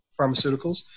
pharmaceuticals